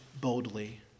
boldly